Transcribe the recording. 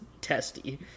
testy